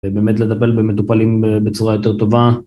ובאמת במטופלים בצורה יותר טובה.